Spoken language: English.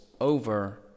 over